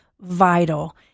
vital